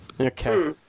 okay